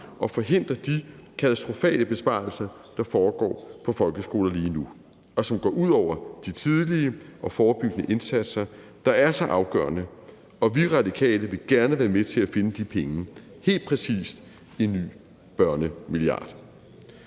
og forhindre de katastrofale besvarelser, der foregår på folkeskolen lige nu, og som går ud over de tidlige og forebyggende indsatser, der er så afgørende. Og vi Radikale vil gerne være med til at finde de penge, helt præcis en ny børnemilliard.